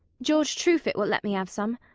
george truefit will let me have some.